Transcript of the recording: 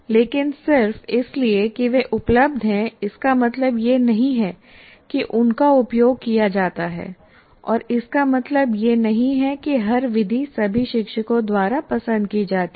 लेकिन सिर्फ इसलिए कि वे उपलब्ध हैं इसका मतलब यह नहीं है कि उनका उपयोग किया जाता है और इसका मतलब यह नहीं है कि हर विधि सभी शिक्षकों द्वारा पसंद की जाती है